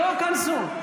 בואו תיכנסו.